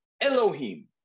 Elohim